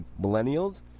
millennials